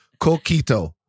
Coquito